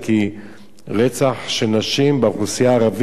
כי רצח של נשים באוכלוסייה הערבית,